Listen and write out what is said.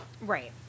Right